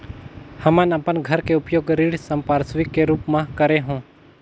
हमन अपन घर के उपयोग ऋण संपार्श्विक के रूप म करे हों